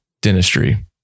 dentistry